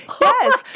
Yes